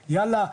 יאללה,